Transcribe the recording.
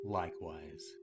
likewise